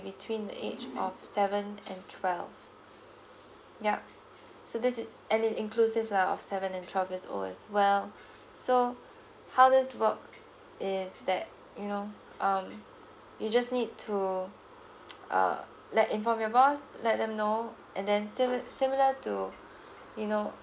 between the age of seven and twelve yup so this is and it's inclusive lah of seven and twelve years old as well so how this works is that you know um you just need to uh let inform your boss let them know and then simi~ similar to you know